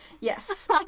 yes